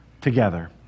together